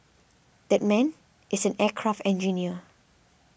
that man is an aircraft engineer